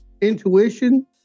intuition